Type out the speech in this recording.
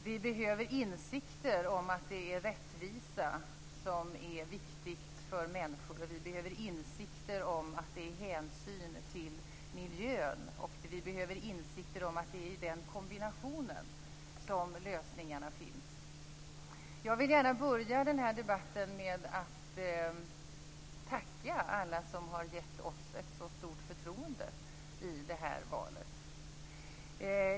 Vi behöver insikter om att det är rättvisa som är viktigt för människor, och vi behöver insikter om att det är hänsyn till miljön som är viktigt, och vi behöver insikter om att det är i den kombinationen som lösningarna finns. Jag vill gärna börja den här debatten med att tacka alla som har gett oss ett så stort förtroende i det här valet.